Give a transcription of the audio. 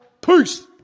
Peace